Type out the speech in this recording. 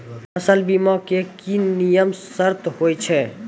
फसल बीमा के की नियम सर्त होय छै?